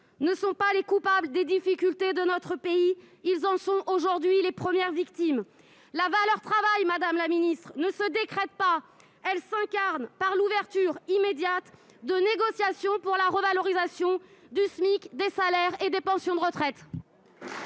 ne sont pas les coupables des difficultés de notre pays ; ils en sont aujourd'hui les premières victimes. La valeur travail ne se décrète pas, madame la ministre. Elle s'incarne, par l'ouverture immédiate de négociations pour la revalorisation du SMIC, des salaires et des pensions de retraite